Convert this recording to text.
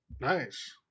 Nice